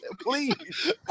Please